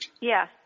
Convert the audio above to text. yes